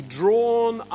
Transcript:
drawn